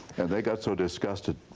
and they got so disgusted,